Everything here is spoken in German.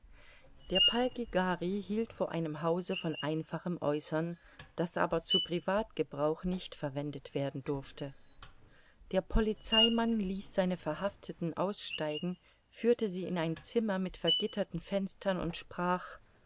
der palkighari hielt vor einem hause von einfachem aeußern das aber zu privatgebrauch nicht verwendet werden durfte der polizeimann ließ seine verhafteten aussteigen führte sie in ein zimmer mit vergitterten fenstern und sprach